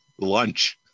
lunch